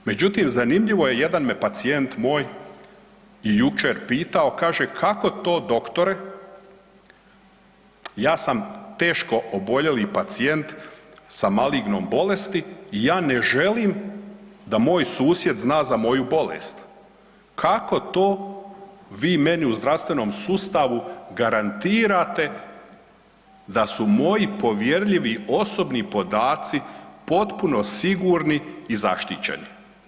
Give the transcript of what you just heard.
Međutim, zanimljivo je jedan me pacijent moj jučer pitao kaže kako to doktore, ja sam teško oboljeli pacijent sa malignom bolesti i ja ne želim da moj susjed zna za moju bolest, kako to vi meni u zdravstvenom sustavu garantirate da su moji povjerljivi osobni podaci potpuno sigurni i zaštićeni.